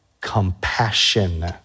compassion